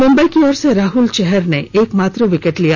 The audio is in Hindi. मुंबई की तरफ से राहुल चहर ने एकमात्र विकेट लिया